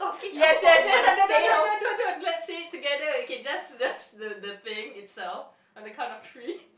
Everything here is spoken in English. yes yes yes don't don't don't don't let's say together okay just just the the thing itself on the kind of tree